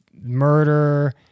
murder